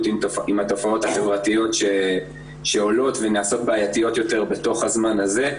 עם התופעות החברתיות שעולות ונעשות בעייתיות יותר בתוך הזמן הזה,